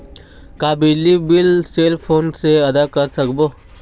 का बिजली bill cell phone से आदा कर सकबो?